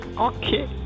Okay